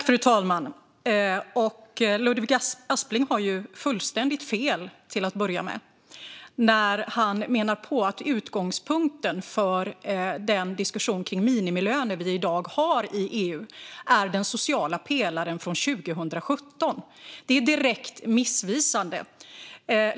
Fru talman! Till att börja med har Ludvig Aspling fullständigt fel när han menar att utgångspunkten för den diskussion kring minimilöner vi i dag har i EU är den sociala pelaren från 2017. Det är direkt missvisande.